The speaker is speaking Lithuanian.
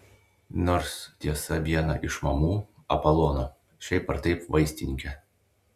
nors tiesa viena iš mamų apolono šiaip ar taip vaistininkė